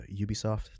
Ubisoft